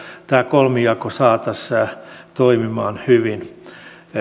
tämä kolmijako saataisiin toimimaan hyvin